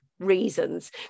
reasons